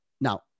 Now